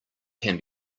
can